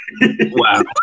Wow